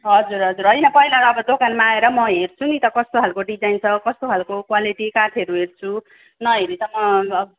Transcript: हजुर हजुर होइन पहिला अब दोकानमा आएर म हेर्छु नि त कस्तो खालको डिजाइन छ कस्तो खालको क्वालिटी काठहरू हेर्छु नहेरी त म अब